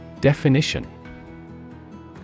Definition